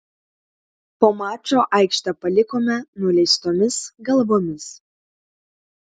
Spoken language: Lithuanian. po mačo aikštę palikome nuleistomis galvomis